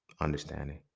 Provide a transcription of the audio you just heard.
understanding